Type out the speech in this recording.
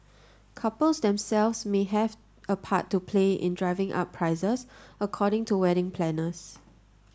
couples themselves may have a part to play in driving up prices according to wedding planners